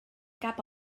cap